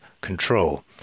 control